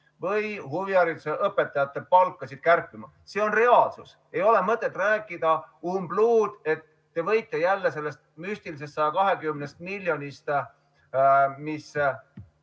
või huvihariduse õpetajatel palka kärpima. See on reaalsus. Ei ole mõtet rääkida umbluud, et te võite jälle [võtta] sellest müstilisest 120 miljonist, mis